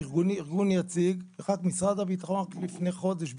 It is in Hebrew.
רק לפני חודש,